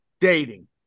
dating